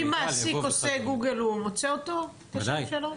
אם מעסיק עושה גוגל הוא מוצא את השם שלו?